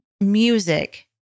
music